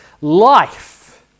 life